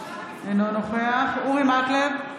אינו נוכח אורי מקלב,